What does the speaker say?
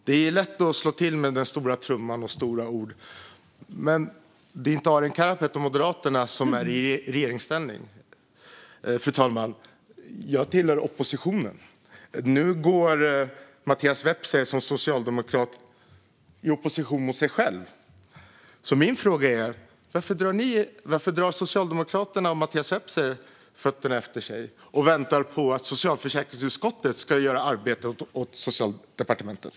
Det är lätt att slå på stora trumman och använda stora ord, men det är inte Arin Karapet och Moderaterna som är i regeringsställning. Jag tillhör oppositionen, fru talman. Nu går Mattias Vepsä som socialdemokrat i opposition mot sig själv. Min fråga är varför Socialdemokraterna och Mattias Vepsä drar fötterna efter sig och väntar på att socialförsäkringsutskottet ska göra arbetet åt Socialdepartementet.